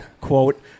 quote